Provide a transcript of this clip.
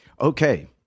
Okay